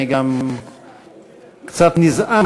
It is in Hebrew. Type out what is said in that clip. אני גם קצת נזעם,